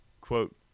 quote